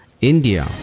India